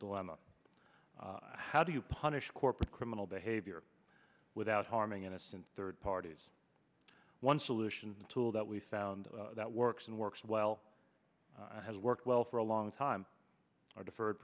dilemma how do you punish corporate criminal behavior without harming innocent third parties one solution tool that we found that works and works well and has worked well for a long time deferred